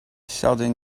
sheldon